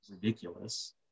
ridiculous